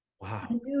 Wow